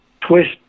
twist